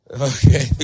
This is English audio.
Okay